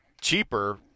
cheaper